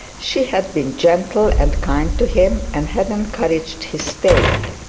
she had been gentle and kind to him, and had encouraged his staying.